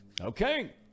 Okay